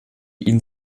ihn